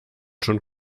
schon